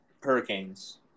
Hurricanes